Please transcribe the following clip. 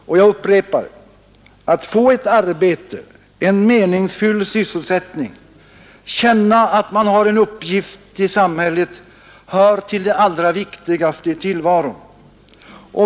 Och jag upprepar: Att få ett arbete, en meningsfull sysselsättning, känna att man har en uppgift i samhället, hör till det allra viktigaste i tillvaron.